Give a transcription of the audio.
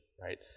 Right